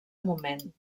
moment